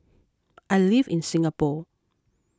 I live in Singapore